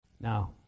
Now